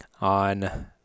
on